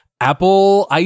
Apple